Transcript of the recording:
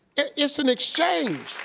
it's an exchange.